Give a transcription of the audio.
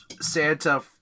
Santa